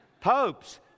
Popes